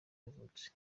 yavutse